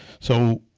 so